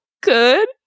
good